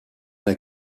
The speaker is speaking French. est